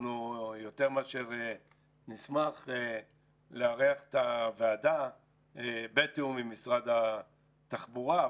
אנחנו יותר מאשר נשמח לארח את הוועדה בתאום עם משרד התחבורה.